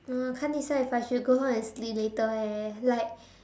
don't know can't decide if I should go home and sleep later eh like